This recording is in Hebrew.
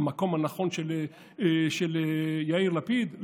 המקום הנכון של יאיר לפיד?